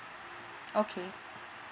okay